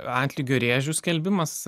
atlygio rėžių skelbimas